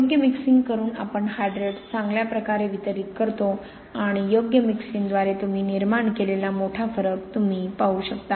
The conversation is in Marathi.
योग्य मिक्सिंग करून आपण हायड्रेट्स चांगल्या प्रकारे वितरीत करतो आणि योग्य मिक्सिंगद्वारे तुम्ही निर्माण केलेला मोठा फरक तुम्ही पाहू शकता